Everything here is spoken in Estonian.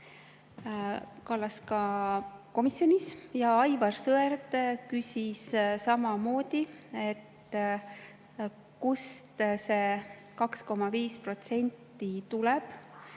Kallas ka komisjonis. Aivar Sõerd küsis samamoodi, kust see 2,5% tuleb.